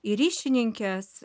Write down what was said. į ryšininkes